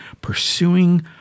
pursuing